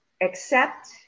accept